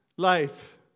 life